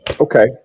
Okay